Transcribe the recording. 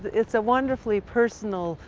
it's a wonderfully personal